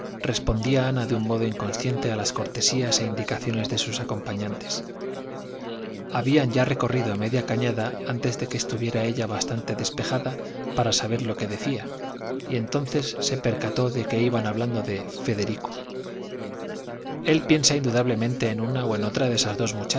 respondía ana de un modo inconsciente a las cortesías e indicaciones de sus acompañantes habían ya recorrido media cañada antes de que estuviera ella bastante despejada para saber lo que decía y entonces se percató de que iban hablando de federico el piensa indudablemente en una o en otra de estas dos